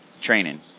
training